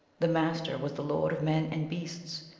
the master was the lord of men and beasts.